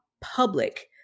public